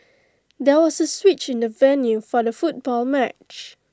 there was A switch in the venue for the football match